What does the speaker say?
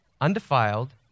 undefiled